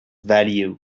value